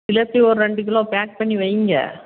ஜிலேப்பி ஒரு ரெண்டு kilo pack பண்ணி வைங்க